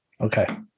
Okay